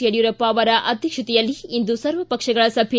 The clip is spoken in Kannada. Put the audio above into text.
ಯಡಿಯೂರಪ್ಪ ಅವರ ಅಧ್ವಕ್ಷತೆಯಲ್ಲಿ ಇಂದು ಸರ್ವಪಕ್ಷಗಳ ಸಭೆ